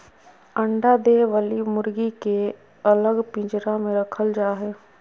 अंडा दे वली मुर्गी के अलग पिंजरा में रखल जा हई